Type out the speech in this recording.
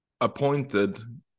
appointed